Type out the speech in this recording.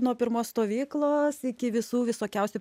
nuo pirmos stovyklos iki visų visokiausių